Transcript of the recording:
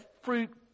fruit